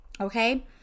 Okay